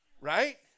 Right